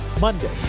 Monday